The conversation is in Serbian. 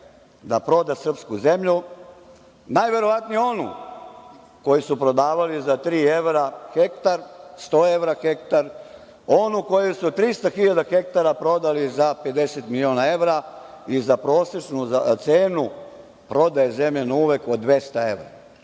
da proda srpsku zemlju, najverovatnije onu koju su prodavali za tri evra hektar, sto evra hektar, onu koju su 300.000 hektara prodali za 50 miliona evra i za prosečnu cenu prodaja zemlje od 200 evra.